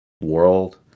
world